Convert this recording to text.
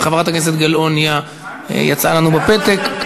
וחברת הכנסת גלאון יצאה לנו בפתק.